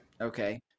Okay